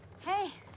Hey